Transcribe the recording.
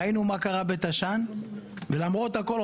ראינו מה קרה בתש"ן ולמרות הכול,